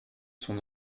son